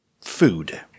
Food